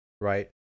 right